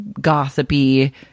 gossipy